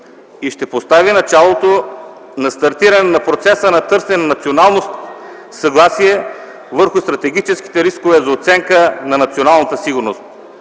и ще постави началото на стартиране на процеса на търсене на национално съгласие върху стратегическите рискове за оценка на националната сигурност.